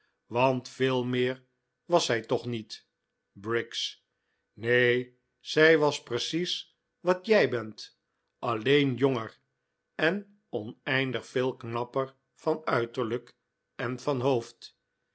want veel meer was zij toch niet briggs nee zij was precies wat jij bent alleen jonger en oneindig veel knapper van uiterlijk en van